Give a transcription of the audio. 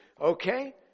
Okay